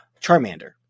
Charmander